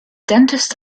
dentist